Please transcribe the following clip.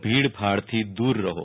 ભીડભાડથી દુર રહો